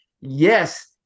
Yes